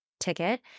ticket